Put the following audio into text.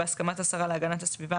בהסכמת השרה להגנת הסביבה,